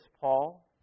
Paul